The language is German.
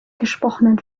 gesprochenen